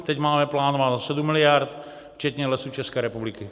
Teď máme plánováno 7 miliard včetně Lesů České republiky.